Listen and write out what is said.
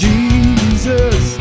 Jesus